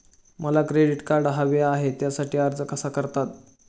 मला credit card हवे आहे त्यासाठी अर्ज कसा करतात?